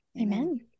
Amen